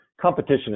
Competition